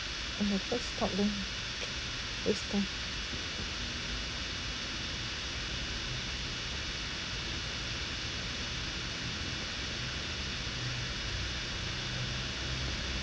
(uh huh) because